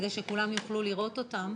כדי שכולם יוכלו לראות אותם.